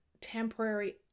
temporary